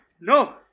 No